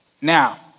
Now